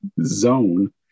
zone